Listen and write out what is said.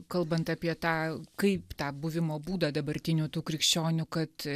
kalbant apie tą kaip tą buvimo būdą dabartinių tų krikščionių kad